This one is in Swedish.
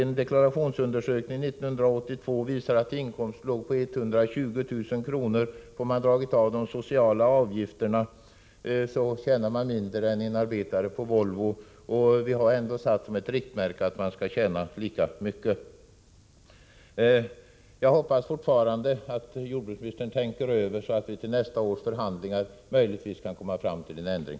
En deklarationsundersökning 1982 visade att den låg på 120 000 kr. Om man drar av de sociala avgifterna finner man att en fiskare tjänar mindre än en arbetare på Volvo — vi har ju satt som ett riktmärke att dessa båda skall tjäna lika mycket. Jag hoppas fortfarande att jordbruksministern tänker över de här frågorna, så att vi vid nästa års förhandlingar möjligtvis kan uppnå en ändring.